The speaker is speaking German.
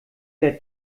der